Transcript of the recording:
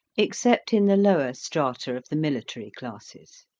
except in the lower strata of the military classes.